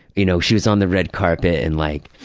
you know she was on the red carpet and like,